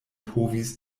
povis